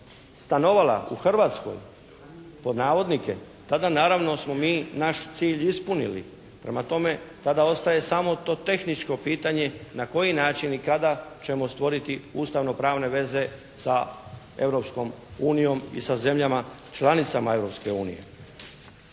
stanovala u Hrvatskoj pod navodnike, tada naravno smo mi naš cilj ispunili. Prema tome, tada ostaje samo to tehničko pitanje na koji način i kada ćemo stvoriti ustavno pravne veze sa Europskom unijom i sa zemljama članicama Europske unije.